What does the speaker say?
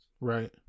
Right